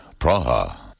Praha